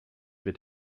wird